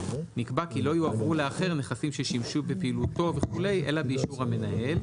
נקבע כי לא יועברו לאחר נכסים ששימשו בפעילותו וכו' אלא באישור המנהל.